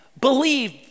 believe